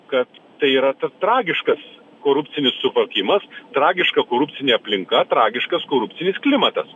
kad tai yra tragiškas korupcinis suvokimas tragiška korupcinė aplinka tragiškas korupcinis klimatas